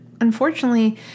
unfortunately